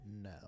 No